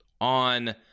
on